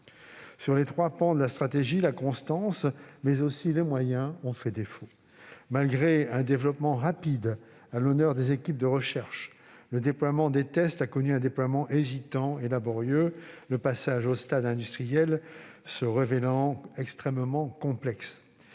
Sur les trois pans de la stratégie, la constance, mais aussi les moyens ont fait défaut. Malgré un développement rapide, à l'honneur des équipes de recherche, les tests ont connu un déploiement hésitant et laborieux, le passage au stade industriel se révélant extrêmement complexe.